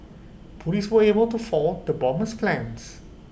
Police were able to foil the bomber's plans